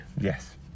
Yes